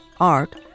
art